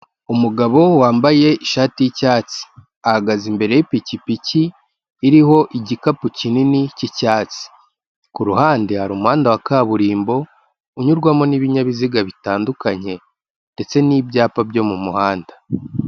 Umugabo wambaye ishati y'icyatsi, ahagaze imbere y'ipikipiki, iriho igikapu kinini cy'icyatsi, kuruhande hari umuhanda wa kaburimbo, unyurwamo n'ibinyabiziga bitandukanye ndetse n'ibyapa byo mu muhanda.